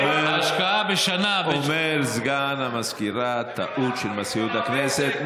אומר סגן המזכירה: טעות של מזכירות הכנסת.